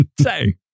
say